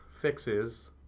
fixes